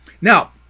now